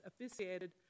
officiated